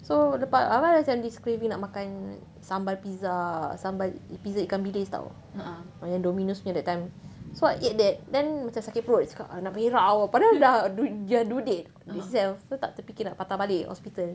so lepas kakak ada macam this craving nak makan sambal pizza sambal pizza ikan bilis [tau] macam Domino's nya that time so I ate that then macam sakit perut cakap ah nak berak dah [tau] padahal dah dah due date itself so tak terfikir nak patah balik hospital